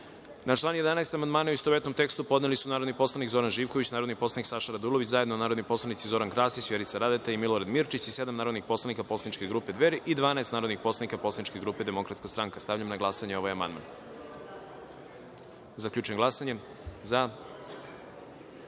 član 2. amandmane, u istovetnom tekstu, podneli su narodni poslanik Zoran Živković, narodni poslanik Saša Radulović, zajedno narodni poslanici Zoran Krasić, Vjerica Radeta i Aleksandra Belančić, sedam narodnih poslanika poslaničke grupe Dveri i 12 narodnih poslanika poslaničke grupe DS.Stavljam na glasanje ovaj amandman. Zaključujem glasanje i